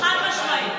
חד-משמעית.